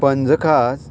पंचखाज